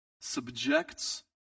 subjects